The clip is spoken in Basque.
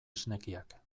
esnekiak